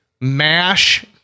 mash